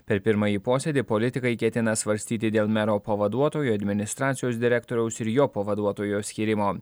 per pirmąjį posėdį politikai ketina svarstyti dėl mero pavaduotojo administracijos direktoriaus ir jo pavaduotojo skyrimo